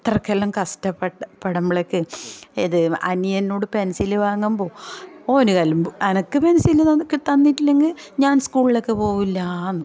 അത്രക്കെല്ലാം കഷ്ടപ്പെട്ട് പെടുമ്പളേക്കും ഏത് അനിയനോട് പെൻസിൽ വാങ്ങുമ്പോൾ ഓൻ കലമ്പും അനക്ക് പെൻസിൽ തന്നിക്ക് തന്നിട്ടില്ലെങ്കിൽ ഞാൻ സ്കൂളിലേക്ക് പോകില്ല എന്ന്